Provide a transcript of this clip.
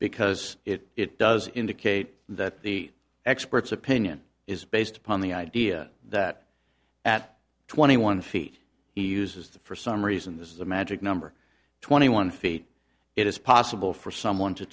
because it does indicate that the expert's opinion is based upon the idea that at twenty one feet he used for some reason this is a magic number twenty one feet it is possible for someone to